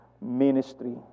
ministry